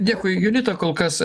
dėkui julita kol kas